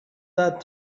that